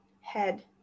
head